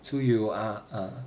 so 有 ah ah